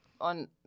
on